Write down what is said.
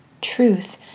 Truth